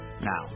Now